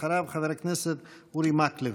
אחריו, חבר הכנסת אורי מקלב.